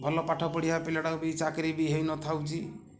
ଭଲ ପାଠପଢ଼ିବା ପିଲାଟାକୁ ବି ଚାକିରୀ ବି ହେଇ ନ ଥାଉଛି